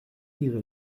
ihre